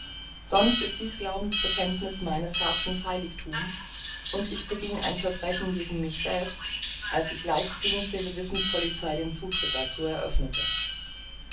sonst ist dies glaubensbekenntniß meines herzens heiligthum und ich beging ein verbrechen gegen mich selbst als ich leichtsinnig der gewissenspolizei den zutritt dazu eröffnete